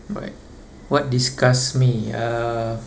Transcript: right what disgusts me uh